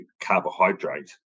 carbohydrate